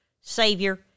Savior